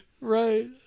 Right